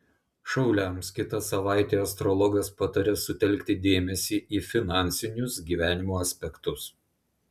šauliams kitą savaitę astrologas pataria sutelkti dėmesį į finansinius gyvenimo aspektus